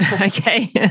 Okay